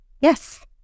yes